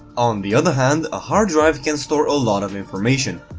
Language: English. on the other hand, a hard drive can store a lot of information.